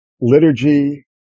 liturgy